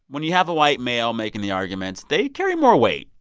when you have a white male making the arguments, they carry more weight.